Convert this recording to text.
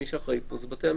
מי שאחראי פה זה בתי המשפט,